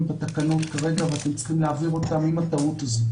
בתקנון כרגע ואתם צריכים להעביר אותם עם הגדרות.